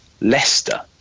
Leicester